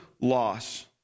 loss